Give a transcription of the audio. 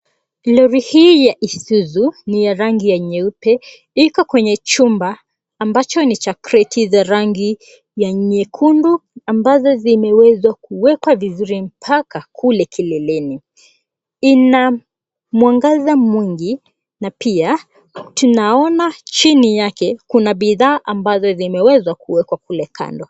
Lori hii ya Isuzu ni ya rangi ya nyeupe. Iko kwenye chumba ambacho ni cha kreti za rangi ya nyekundu ambazo zimewezwa kuwekwa vizuri mpaka kule kileleni. Ina mwangaza mwingi na pia tunaona chini yake kuna bidhaa ambazo zimewezwa kuwekwa kule kando.